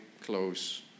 close